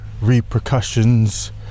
repercussions